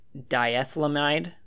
diethylamide